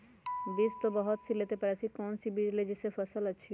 बीज तो बहुत सी लेते हैं पर ऐसी कौन सी बिज जिससे फसल अच्छी होगी?